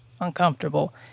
uncomfortable